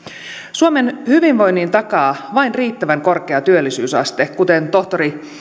suomen hyvinvoinnin takaa vain riittävän korkea työllisyysaste kuten tohtori